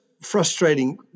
frustrating